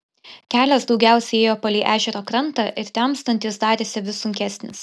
kelias daugiausiai ėjo palei ežero krantą ir temstant jis darėsi vis sunkesnis